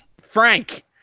Frank